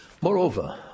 Moreover